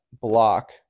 block